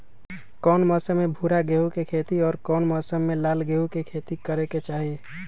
कौन मौसम में भूरा गेहूं के खेती और कौन मौसम मे लाल गेंहू के खेती करे के चाहि?